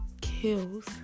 kills